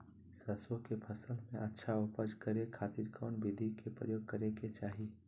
सरसों के फसल में अच्छा उपज करे खातिर कौन विधि के प्रयोग करे के चाही?